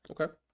Okay